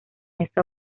esa